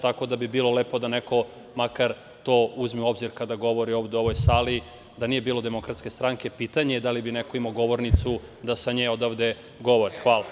Tako da bi bilo lepo da neko makar to uzme u obzir kada govori ovde u ovoj sali, da nije bilo DS pitanje je da li bi neko imao govornicu da se nje ovde govori.